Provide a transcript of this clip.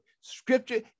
Scripture